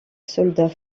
soldats